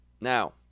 Now